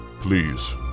please